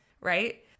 right